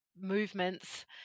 movements